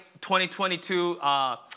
2022